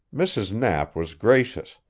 mrs. knapp was gracious,